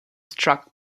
struck